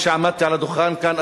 כשעמדתי על הדוכן כאן,